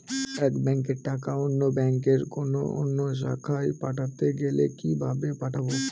এক ব্যাংকের টাকা অন্য ব্যাংকের কোন অন্য শাখায় পাঠাতে গেলে কিভাবে পাঠাবো?